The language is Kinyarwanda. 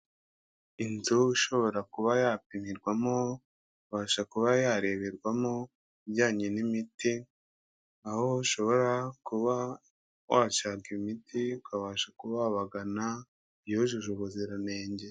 Inzu ishobora kuba yapimirwamo ikabasha kuba yareberwamo ibijyanye n'imiti, aho ushobora kuba washaka imiti ukabasha kuba wabagana yujuje ubuziranenge.